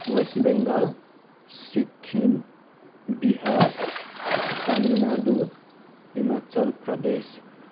West Bengal Sikkim Bihar Tamil Nadu Himachal Pradesh